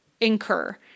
incur